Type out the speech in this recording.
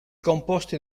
composti